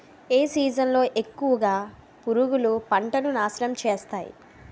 ఏ season లో ఎక్కువుగా పురుగులు పంటను నాశనం చేస్తాయి?